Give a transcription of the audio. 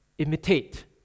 imitate